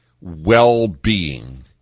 well-being